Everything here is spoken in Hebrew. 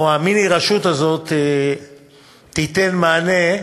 או המיני-רשות הזאת, תיתן מענה.